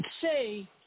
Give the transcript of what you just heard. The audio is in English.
say